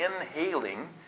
inhaling